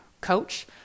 coach